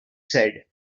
said